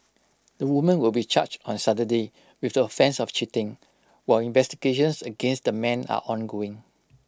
the woman will be charged on Saturday with the offence of cheating while investigations against the man are ongoing